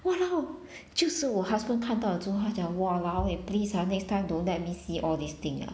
!walao! 就是我 husband 看到了就跟他讲 !walao! eh please ah next time don't let me see all these thing ah